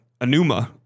Anuma